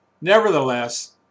Nevertheless